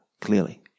clearly